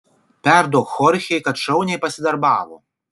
perduok chorchei kad šauniai pasidarbavo